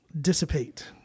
dissipate